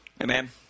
Amen